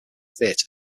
theater